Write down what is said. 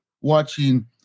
watching